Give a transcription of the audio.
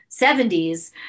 70s